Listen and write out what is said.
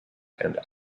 and